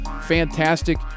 fantastic